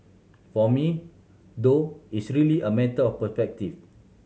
for me though it's really a matter of